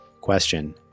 Question